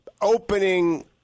opening